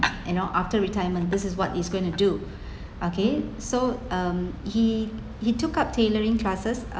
you know after retirement this is what he is going to do okay so um he he took up tailoring classes uh